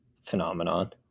phenomenon